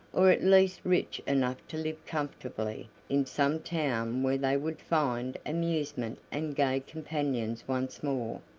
or at least rich enough to live comfortably in some town where they would find amusement and gay companions once more.